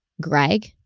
Greg